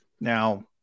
Now